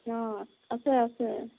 অ আছে আছে